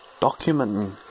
documenting